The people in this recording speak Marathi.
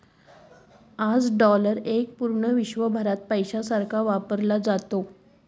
आज डॉलर एक पूर्ण विश्वभरात पैशासारखा वापरला जातो